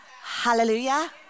Hallelujah